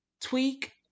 tweak